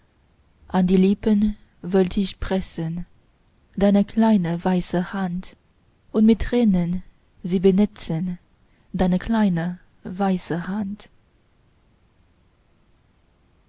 an die lippen wollt ich pressen deine kleine weiße hand und mit tränen sie benetzen deine kleine weiße hand